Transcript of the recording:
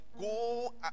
go